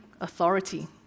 authority